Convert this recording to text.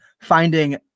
finding